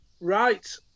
Right